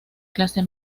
clase